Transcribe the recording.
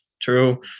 True